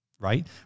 right